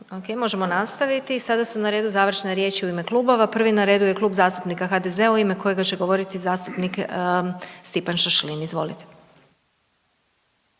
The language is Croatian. možemo nastaviti. Sada su na redu završne riječi u ime klubova, prvi na redu je Klub zastupnika HDZ-a u ime kojega će govoriti zastupnik Stipan Šašlin, izvolite.